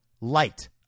light